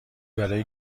برای